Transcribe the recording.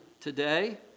today